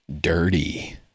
dirty